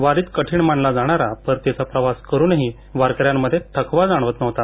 वारीत कठीण मानला जाणारा परतीचा प्रवास करूनही वारकऱ्यांमध्ये थकवा जाणवत नव्हता